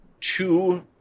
two